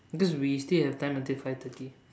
cause we still have time until five thirty